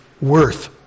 worth